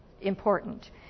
important